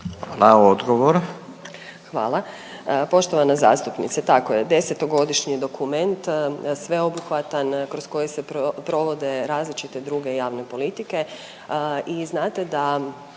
(HDZ)** Hvala. Poštovana zastupnice, tako je, 10-godišnji dokument, sveobuhvatan, kroz koji se provode različite druge javne politike i znate da